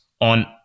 on